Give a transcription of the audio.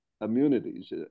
immunities